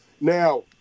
Now